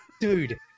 dude